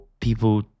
people